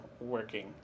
working